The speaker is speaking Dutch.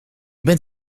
bent